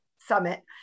summit